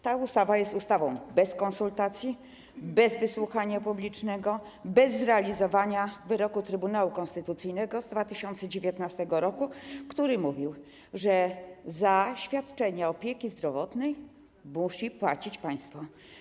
To ustawa przygotowana bez konsultacji, bez wysłuchania publicznego, bez uwzględnienia wyroku Trybunału Konstytucyjnego z 2019 r., który mówił, że za świadczenie opieki zdrowotnej musi płacić państwo.